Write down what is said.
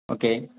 okay